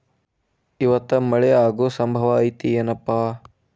ಇವತ್ತ ಮಳೆ ಆಗು ಸಂಭವ ಐತಿ ಏನಪಾ?